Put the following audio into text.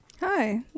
Hi